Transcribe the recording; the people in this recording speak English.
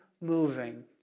moving